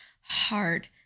hard